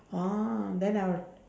orh then I will